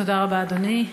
תודה רבה, אדוני,